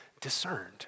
discerned